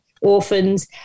orphans